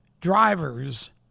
drivers